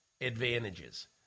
advantages